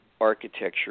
architecture